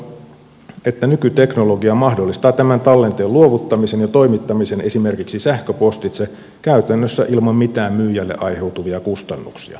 todettakoon että nykyteknologia mahdollistaa tämän tallenteen luovuttamisen ja toimittamisen esimerkiksi sähköpostitse käytännössä ilman mitään myyjälle aiheutuvia kustannuksia